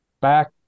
back